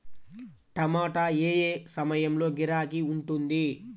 టమాటా ఏ ఏ సమయంలో గిరాకీ ఉంటుంది?